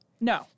No